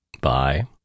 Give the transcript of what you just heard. Bye